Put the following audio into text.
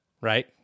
right